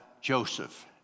Joseph